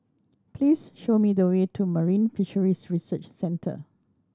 please show me the way to Marine Fisheries Research Centre